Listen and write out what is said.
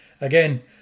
again